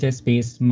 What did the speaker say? space